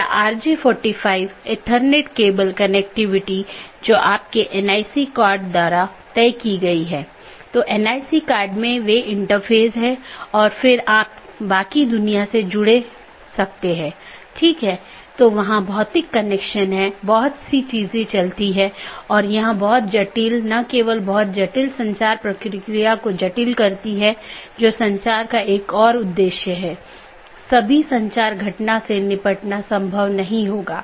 यदि हम पूरे इंटरनेट या नेटवर्क के नेटवर्क को देखते हैं तो किसी भी सूचना को आगे बढ़ाने के लिए या किसी एक सिस्टम या एक नेटवर्क से दूसरे नेटवर्क पर भेजने के लिए इसे कई नेटवर्क और ऑटॉनमस सिस्टमों से गुजरना होगा